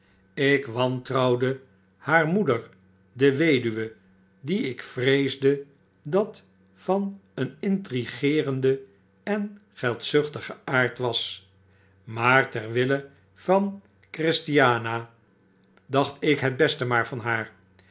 ik wantrouwde haar moeder de weduwe die ik vreesde dat van een intrigeerenden en geldzuchtigen aard was maar ter wille van christiana dacht ik het beste maar van haar